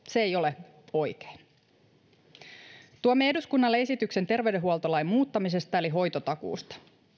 se ei ole oikein tuomme eduskunnalle esityksen terveydenhuoltolain muuttamisesta eli hoitotakuusta